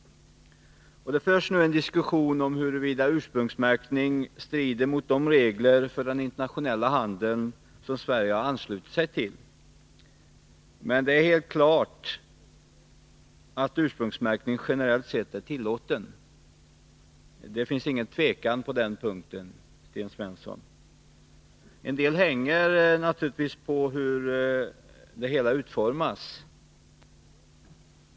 Det förs nu en diskussion om huruvida ursprungsmärkning strider mot de regler för den internationella handeln som Sverige har anslutit sig till. Men det är helt klarlagt att ursprungsmärkning generellt sett är tillåten — det finns inget utrymme för tvivel på den punkten, Sten Svensson. En del hänger naturligtvis på hur det hela utformas.